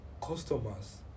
customers